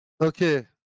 Okay